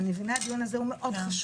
אני מבינה, הדיון הזה הוא מאוד חשוב.